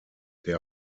der